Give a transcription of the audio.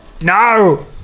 No